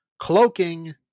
cloaking